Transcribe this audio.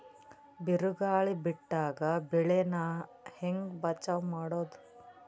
ಬಿರುಗಾಳಿ ಬಿಟ್ಟಾಗ ಬೆಳಿ ನಾ ಹೆಂಗ ಬಚಾವ್ ಮಾಡೊದು?